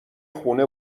خونه